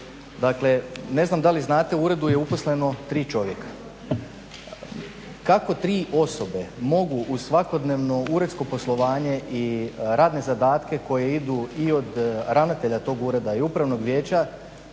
Dakle ne znam da li znate u uredu je zaposleno tri čovjeka. Kako tri osobe mogu u svakodnevno uredsko poslovanje i radne zadatke koje idu i od ravnatelja tog ureda i upravnog vijeća